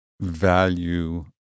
value